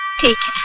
take